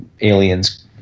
aliens –